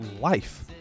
life